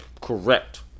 correct